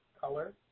color